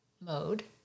mode